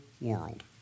world